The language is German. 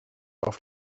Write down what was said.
auf